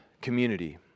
community